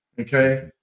Okay